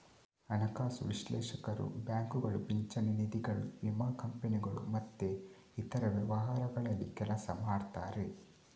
ಹಣಕಾಸು ವಿಶ್ಲೇಷಕರು ಬ್ಯಾಂಕುಗಳು, ಪಿಂಚಣಿ ನಿಧಿಗಳು, ವಿಮಾ ಕಂಪನಿಗಳು ಮತ್ತೆ ಇತರ ವ್ಯವಹಾರಗಳಲ್ಲಿ ಕೆಲಸ ಮಾಡ್ತಾರೆ